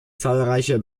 zahlreiche